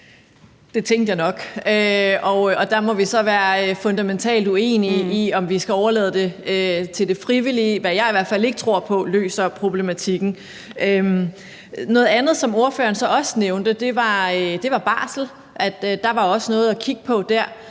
Det tænkte jeg nok, og der må vi så være fundamentalt uenige i, om vi skal overlade det til det frivillige, hvad jeg i hvert fald ikke tror på løser problematikken. Noget andet, som ordføreren så også nævnte, var om barsel, nemlig at der også var noget at kigge på der.